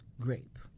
grape